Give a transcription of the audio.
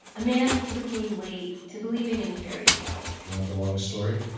a man who came late to believing in fairy tales do you want the long story?